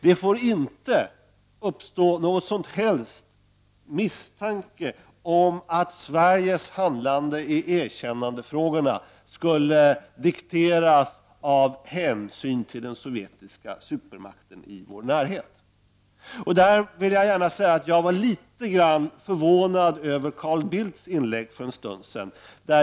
Det får inte uppstå någon som helst misstanke om att Sveriges handlande i erkännandefrågorna skulle dikteras av hänsyn till den sovjetiska supermakten i vår närhet. Där vill jag gärna säga att jag blev litet grand förvånad över Carl Bildts inlägg för en stund sedan.